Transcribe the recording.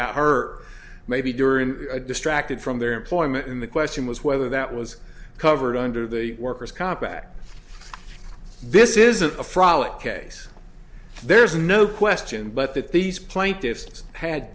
got her maybe during a distracted from their employment in the question was whether that was covered under the worker's comp act this isn't a frolic case there's no question but that these plaintiffs had